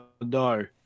no